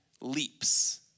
leaps